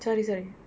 sorry sorry